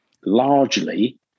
largely